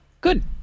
good